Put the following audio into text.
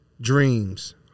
dreams